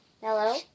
Hello